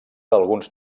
alguns